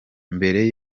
mbere